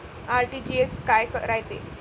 RTGS काय रायते?